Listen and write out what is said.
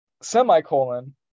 Semicolon